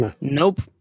Nope